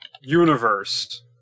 universe